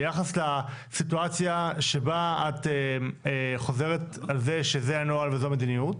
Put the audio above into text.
ביחס לסיטואציה שבה את חוזרת על זה שזה הנוהל וזו המדיניות,